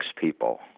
people